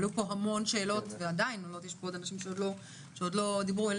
עלו פה המון שאלות ועדיין יש פה אנשים שעוד לא דיברו.